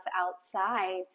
outside